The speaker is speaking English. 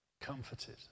comforted